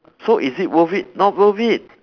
so is it worth it not worth it